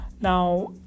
Now